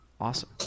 awesome